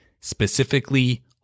specifically